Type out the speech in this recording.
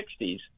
1960s